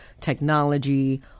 technology